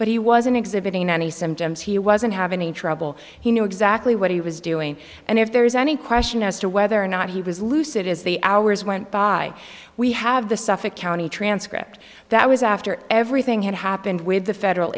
but he wasn't exhibiting any symptoms he wasn't having any trouble he knew exactly what he was doing and if there is any question as to whether or not he was lucid is the hours went by we have the suffolk county transcript that was after everything had happened with the federal